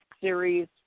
Series